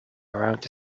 around